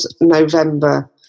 November